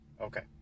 Okay